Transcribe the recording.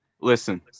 listen